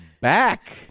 back